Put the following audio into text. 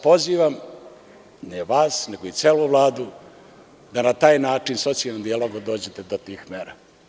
Pozivam vas, ne vas, nego i celu Vladu da na taj način socijalnim dijalogom dođete do tih mera.